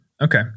okay